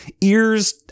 ears